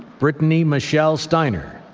brittany michelle stiner.